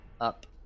up